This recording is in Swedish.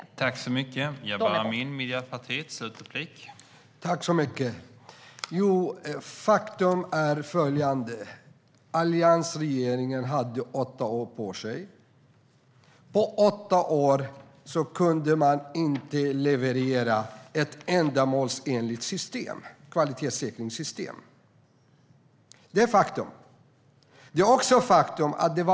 De är borta.